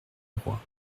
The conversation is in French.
roi